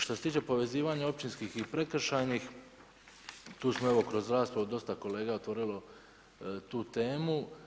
Što se tiče povezivanja općinskih i prekršajnih, tu smo evo kroz raspravu dosta kolega utvrdilo tu temu.